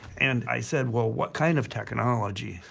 and i said, well, what kind of technology?